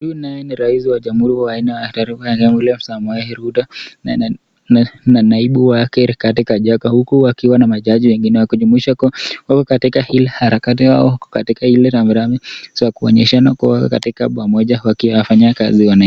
Huyu naye ni raisi wa Jamhuri ya Kenya William Samoei Rutto na naibu Rigathi Gachaka huku wakiwa na majaji wengine wakijumuisha. Wako katika ile harakati au katika ile rambi rambi kuonyeshana wako pamoja wakifanyia kazi wananchi.